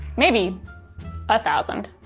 maybe a thousand.